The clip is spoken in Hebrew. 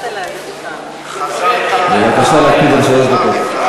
בבקשה להקפיד על שלוש דקות.